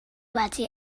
wedi